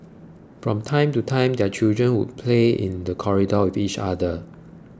from time to time their children would play in the corridor with each other